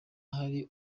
hari